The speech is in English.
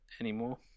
anymore